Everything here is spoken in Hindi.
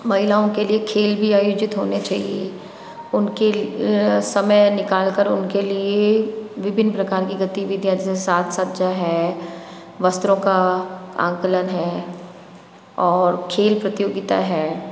महिलाओं के लिए खेल भी आयोजित होने चाहिए उनके समय निकाल कर उनके लिए विभिन्न प्रकार की गतिविधियाँ जैसे साज सज्जा है वस्त्रों का आकलन है और खेल प्रतियोगिता है